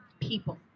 people